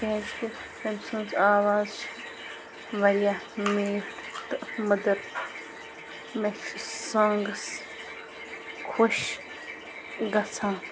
کیٛازِ کہِ تٔمۍ سٕنٛز آواز چھِ واریاہ میٖٹھ تہٕ مٔدٕر مےٚ چھِ سانٛگٕس خۄش گژھان